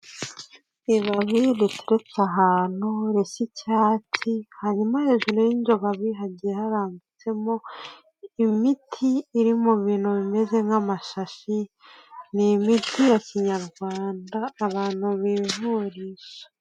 Ibabi riteretse ahantu risa icyatsi hari no hejuru y'indoba bihagiye harambitsemo imiti iri mu bintu bimeze nk'amashashi, ni imiti ya kinyarwanda abantu bivurisha.